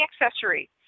accessory